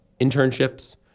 internships